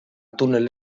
tunel